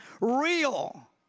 real